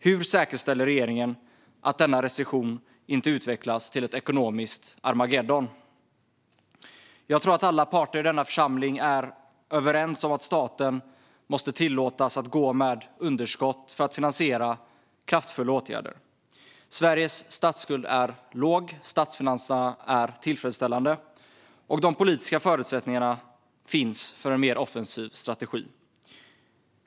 Hur säkerställer regeringen att denna recession inte utvecklas till ett ekonomiskt Harmagedon? Jag tror att alla parter i denna församling är överens om att staten måste tillåtas att gå med underskott för att finansiera kraftfulla åtgärder. Sveriges statsskuld är låg, statsfinanserna är tillfredsställande och de politiska förutsättningarna finns för en mer offensiv strategi.